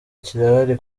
kirahari